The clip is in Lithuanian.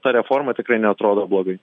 ta reforma tikrai neatrodo blogai